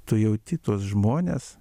tu jauti tuos žmones